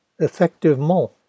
Effectivement